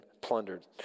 plundered